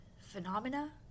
Phenomena